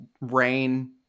rain